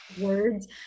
words